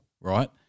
right